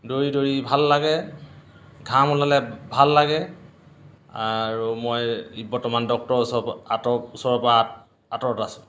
দৌৰি দৌৰি ভাল লাগে ঘাম ওলালে ভাল লাগে আৰু মই বৰ্তমান ডক্টৰৰ ওচৰ আঁতৰ ওচৰৰ পৰা আঁতৰত আছোঁ